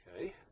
Okay